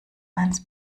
eins